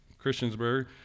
Christiansburg